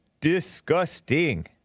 Disgusting